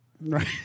Right